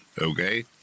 Okay